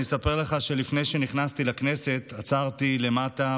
אני אספר לך שלפני שנכנסתי לכנסת עצרתי למטה,